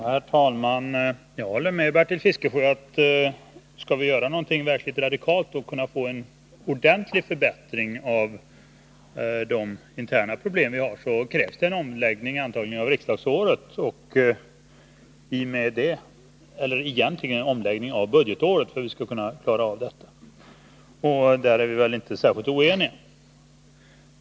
Herr talman! Jag håller med Bertil Fiskesjö om att ifall vi skall göra någonting verkligt radikalt och kunna få en ordentlig förbättring när det gäller våra interna problem, så krävs det antagligen en omläggning av riksdagsåret eller egentligen en omläggning av budgetåret. Där är vi väl inte särskilt oeniga.